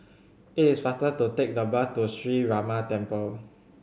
it is faster to take the bus to Sree Ramar Temple